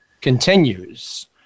continues